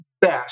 best